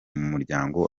muryango